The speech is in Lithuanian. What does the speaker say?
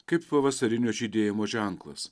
kaip pavasarinio žydėjimo ženklas